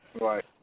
Right